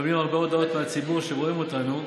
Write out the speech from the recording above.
שמקבלים הרבה הודעות מהציבור שרואה אותנו,